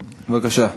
בבקשה.